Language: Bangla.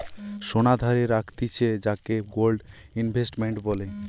সোনা ধারে রাখতিছে যাকে গোল্ড ইনভেস্টমেন্ট বলে